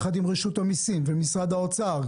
יחד עם רשות המיסים ומשרד האוצר,